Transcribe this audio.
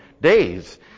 days